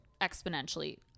exponentially